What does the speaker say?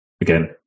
again